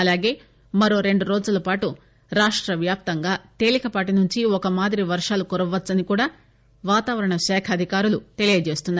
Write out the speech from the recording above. అలాగే మరో రెండు రోజులపాటు రాష్ట వ్యాప్తంగా తేలికపాటి నుంచి ఒక మాదిరి వర్షాలు కురవ్వచ్చని కూడా వాతావరణ శాఖ అధికారులు తెలియజేస్తున్నారు